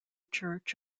church